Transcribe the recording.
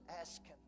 asking